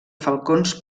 falcons